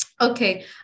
Okay